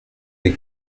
des